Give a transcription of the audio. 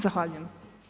Zahvaljujem.